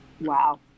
Wow